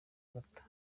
agatha